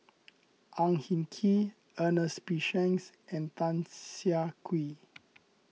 Ang Hin Kee Ernest P Shanks and Tan Siah Kwee